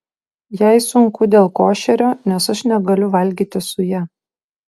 jai sunku dėl košerio nes aš negaliu valgyti su ja